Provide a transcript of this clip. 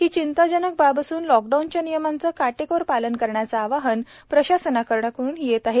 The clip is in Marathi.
ही चिंताजनक बाब असून लॉकडाउनच्या नियमांचे काटेकोर पालन करण्याचे आवाहन प्रशासनाकडुन करण्यात येत आहे